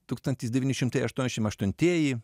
tūkstantis devyni šimtai aštuoniasdešim aštuntieji